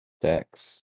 decks